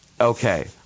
okay